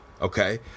okay